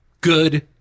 Good